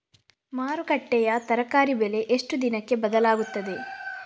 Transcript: ಮಾರುಕಟ್ಟೆಯ ತರಕಾರಿ ಬೆಲೆ ಎಷ್ಟು ದಿನಕ್ಕೆ ಬದಲಾಗುತ್ತದೆ?